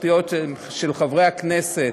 גברתי היושבת-ראש, רבותי השרים, חברי חברי הכנסת,